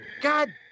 God